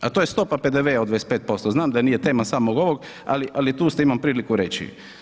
A to je stopa PDV-a od 25%, znam da nije tema samog ovog, ali tu ste, imam priliku reći.